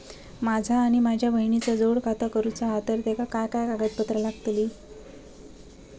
माझा आणि माझ्या बहिणीचा जोड खाता करूचा हा तर तेका काय काय कागदपत्र लागतली?